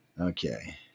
Okay